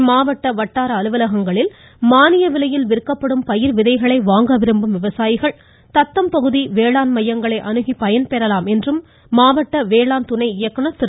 இம்மாவட்ட வட்டார அலுவலகங்களில் மானிய விலையில் விற்கப்படும் பயிர் விதைகளை வாங்க விரும்பும் விவசாயிகள் தத்தம் பகுதி வேளாண் மையங்களை அணுகி பயன் பெறலாம் என மாவட்ட வேளாண் துணை இயக்குநர் திரு